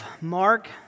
Mark